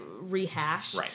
rehash